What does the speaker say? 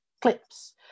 clips